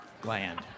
gland